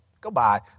Goodbye